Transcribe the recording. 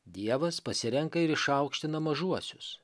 dievas pasirenka ir išaukština mažuosius